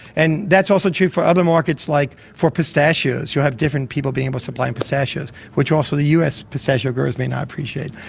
and that's also true for other markets like for pistachios, you'll have different people being able to supply in pistachios, which also the us pistachio growers may not appreciate.